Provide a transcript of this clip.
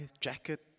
jacket